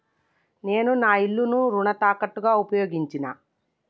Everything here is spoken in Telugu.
నేను నా ఇల్లును రుణ తాకట్టుగా ఉపయోగించినా